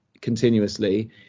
continuously